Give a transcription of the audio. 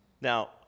Now